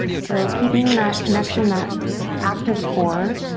so keeping that connection, that active core,